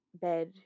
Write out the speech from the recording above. bed